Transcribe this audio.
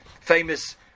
famous